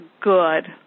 good